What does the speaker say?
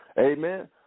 Amen